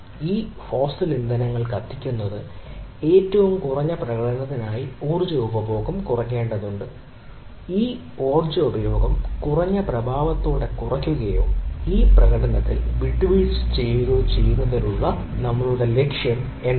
ഈ ഫോസിൽ ഇന്ധനങ്ങൾ കത്തിക്കുന്നത് ഏറ്റവും കുറഞ്ഞ പ്രകടനത്തിനായി ഊർജ്ജ ഉപയോഗം കുറയ്ക്കേണ്ടതുണ്ട് ഈ ഊർജ്ജ ഉപയോഗം കുറഞ്ഞ പ്രഭാവത്തോടെ കുറയ്ക്കുകയോ ഈ പ്രകടനത്തിൽ വിട്ടുവീഴ്ച ചെയ്യുകയോ ചെയ്യുന്നതിനുള്ള നമ്മളുടെ ലക്ഷ്യം എന്താണ്